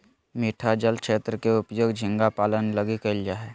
मीठा जल क्षेत्र के उपयोग झींगा पालन लगी कइल जा हइ